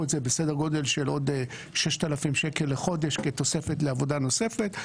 את זה בסדר גודל של עוד 6,000 שקל לחודש כתוספת לעבודה נוספת,